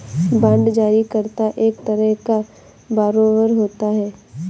bond जारी करता एक तरह का बारोवेर होता है